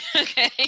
Okay